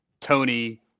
Tony